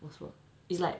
of sports it's like